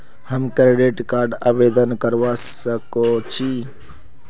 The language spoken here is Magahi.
हम क्रेडिट कार्ड आवेदन करवा संकोची?